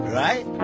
right